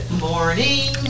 morning